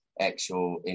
actual